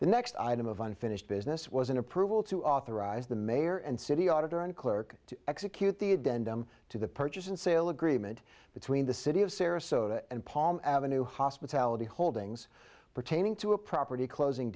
the next item of unfinished business was an approval to authorize the mayor and city auditor and clerk to execute the addendum to the purchase and sale agreement between the city of sarasota and palm ave hospitality holdings pertaining to a property closing